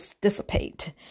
dissipate